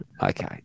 Okay